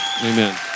Amen